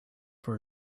for